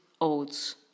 oats